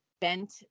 bent